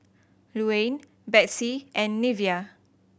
Luann Betsey and Neveah